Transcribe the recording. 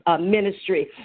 ministry